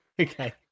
okay